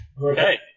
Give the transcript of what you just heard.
Okay